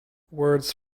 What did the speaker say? words